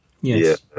Yes